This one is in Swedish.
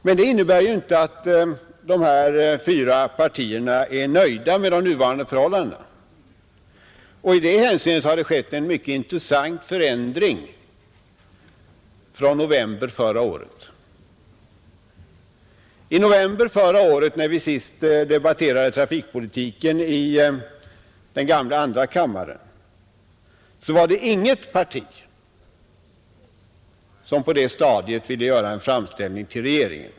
Men det innebär inte att dessa fyra partier är nöjda med de nuvarande förhållandena, I detta hänseende har det skett en mycket intressant förändring från november förra året. I november förra året när vi sist debatterade trafikpolitiken i den gamla andra kammaren var det inget parti som på det stadiet ville göra en framställning till regeringen.